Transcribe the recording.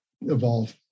evolve